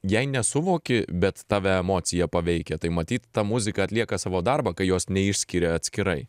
jei nesuvoki bet tave emocija paveikia tai matyt ta muzika atlieka savo darbą kai jos neišskiria atskirai